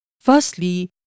Firstly